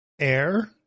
Air